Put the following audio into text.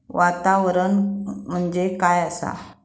वातावरण म्हणजे काय असा?